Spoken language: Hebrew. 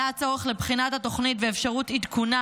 עלה הצורך לבחינת התוכנית ואפשרות עדכונה